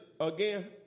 again